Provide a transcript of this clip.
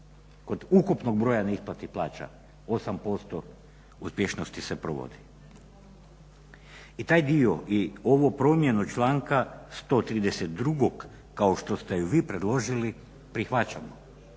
od ukupnog broja neisplatnih plaća 8% uspješnosti se provodi. I taj dio i ovu promjenu članka 132. kao što ste vi predložili prihvaćamo